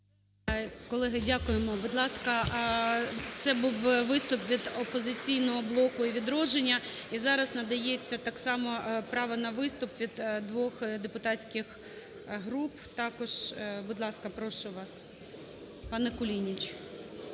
Колеги, дякуємо. Будь ласка, це був виступ від "Опозиційного блоку" і "Відродження". І зараз надається так само право на виступ від двох депутатських груп. Також, будь ласка, прошу вас,